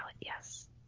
yes